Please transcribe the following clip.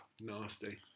nasty